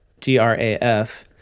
G-R-A-F